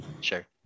sure